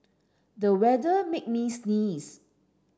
the weather made me sneeze